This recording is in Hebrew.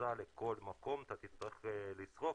שבכניסה לכל מקום אתה תצטרך לסרוק,